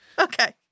Okay